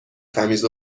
تمیز